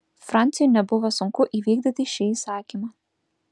franciui nebuvo sunku įvykdyti šį įsakymą